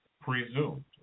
Presumed